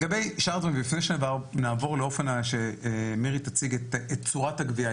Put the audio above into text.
לגבי שאר הדברים ולפני שמירי תציג את צורת הגבייה,